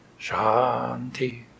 Shanti